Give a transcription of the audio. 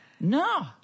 no